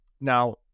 Now